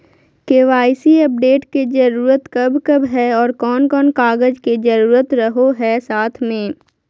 KYC update के जरूरत कब कब है और कौन कौन कागज के जरूरत रहो है साथ में?